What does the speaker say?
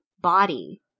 body